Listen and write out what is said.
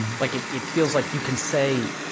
and like it it feels like you can say